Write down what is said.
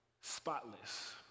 spotless